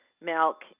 milk